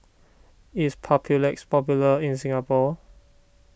is Papulex popular in Singapore